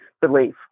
belief